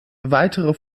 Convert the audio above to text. weitere